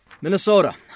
Minnesota